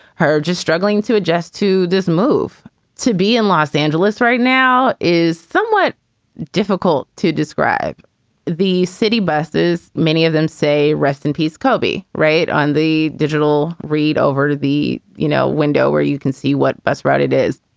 her just struggling to adjust to this move to be in los angeles right now is somewhat difficult to describe the city buses, many of them say rest in peace, kobe. right on the digital read over to the, you know, window where you can see what bus ride it is.